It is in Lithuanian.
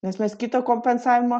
nes mes kito kompensavimo